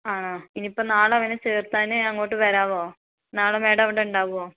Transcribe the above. ആണോ ഇനിയിപ്പോൾ നാളെ ഇവനെ ചേർക്കാൻ ഞാൻ അങ്ങോട്ട് വരാവോ നാളെ മാഡം അവിടെ ഉണ്ടാവോ